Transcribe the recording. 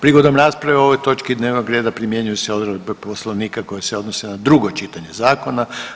Prigodom rasprave o ovoj točki dnevnog reda primjenjuju se odredbe Poslovnika koje se odnose na drugo čitanje zakona.